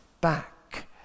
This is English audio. back